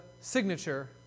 signature